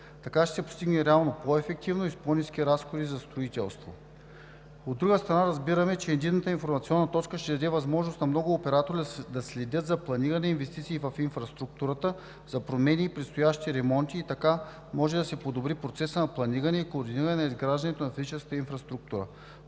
Така ще се постигнат реално по-ефективни и по-ниски разходи за строителството. От друга страна, разбираме, че Единната информационна точка ще даде възможност на много оператори да следят за планиране и инвестиции в инфраструктурата, за промени и предстоящи ремонти, а така може да се подобри процесът на планиране и координиране на изграждането на физическата инфраструктура.